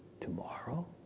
tomorrow